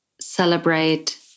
celebrate